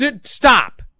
Stop